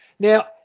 Now